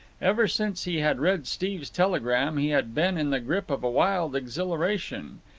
ever since he had read steve's telegram he had been in the grip of a wild exhilaration.